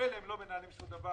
ממילא הם לא מנהלים שום דבר,